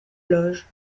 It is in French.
loge